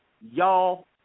y'all